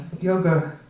yoga